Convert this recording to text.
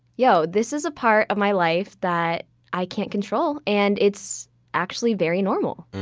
you know this is a part of my life that i can't control, and it's actually very normal.